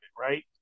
right